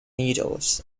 needles